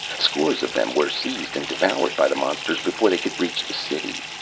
scores of them were seized and devoured by the monsters before they could reach the city.